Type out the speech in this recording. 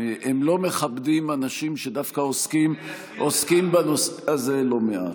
הם לא מכבדים אנשים שדווקא עוסקים בנושא הזה לא מעט.